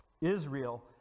Israel